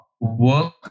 work